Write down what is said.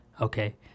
okay